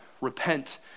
Repent